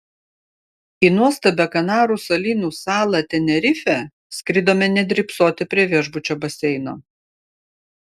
į nuostabią kanarų salyno salą tenerifę skridome ne drybsoti prie viešbučio baseino